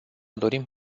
dorim